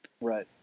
right